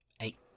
Eight